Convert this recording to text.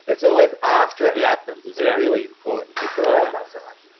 it's always after it happens it's yeah really important. before that, not so much.